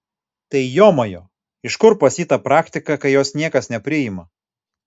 tai jomajo iš kur pas jį ta praktika kai jos niekas nepriima